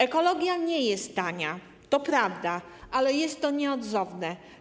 Ekologia nie jest tania, to prawda, ale jest to nieodzowne.